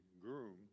groom